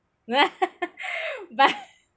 but